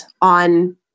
on